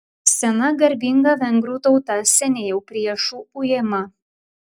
sena garbinga vengrų tauta seniai jau priešų ujama